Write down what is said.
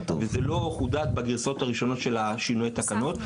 וזה לא חודד בגרסאות הראשונות של שינויי התקנות.